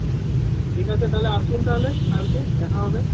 ঠিক ঠিক ঠিক আছে তাহলে আসুন তাহলে কালকে দেখা হবে